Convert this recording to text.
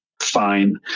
fine